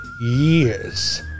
years